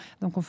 donc